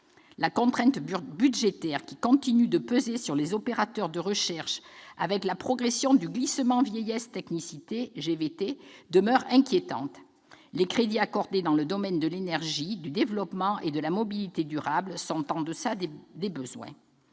La contrainte budgétaire qui continue de peser sur les opérateurs de recherche avec la progression du glissement vieillesse technicité, ou GVT, demeure inquiétante. Les crédits accordés dans le domaine de l'énergie, du développement et de la mobilité durable sont en deçà des besoins.